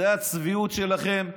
זאת הצביעות שלכם.